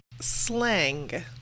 slang